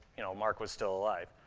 you know, mark was still alive.